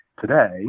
today